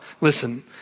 listen